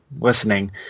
listening